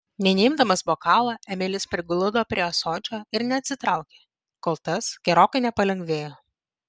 nė neimdamas bokalo emilis prigludo prie ąsočio ir neatsitraukė kol tas gerokai nepalengvėjo